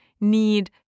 need